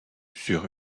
sur